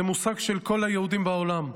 זה מושג של כל היהודים בעולם.